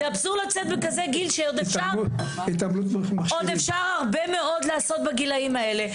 זה אבסורד לצאת בגיל כזה כשעוד אפשר לעשות הרבה מאוד בגילים האלו.